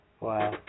Wow